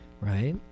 Right